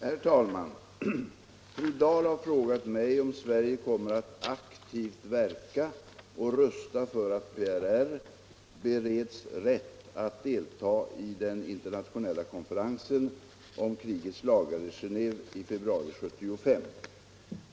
Herr talman! Fru Dahl har frågat mig om Sverige kommer att aktivt verka och rösta för att PRR bereds rätt att delta i den internationella konferensen om krigets lagar i Genéve i februari 1975.